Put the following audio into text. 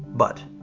but,